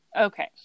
Okay